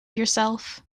yourself